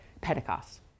Pentecost